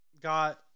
got